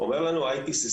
אומר לנו ה-IPCC,